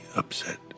upset